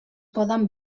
poden